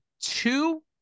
two